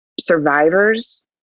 survivors